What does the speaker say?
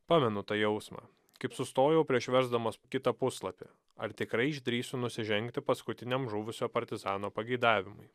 pamenu tą jausmą kaip sustojau prieš versdamas kitą puslapį ar tikrai išdrįsiu nusižengti paskutiniam žuvusio partizano pageidavimui